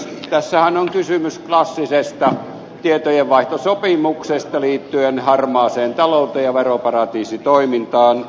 tässähän on kysymys klassisesta tietojenvaihtosopimuksesta liittyen harmaaseen talouteen ja veroparatiisitoimintaan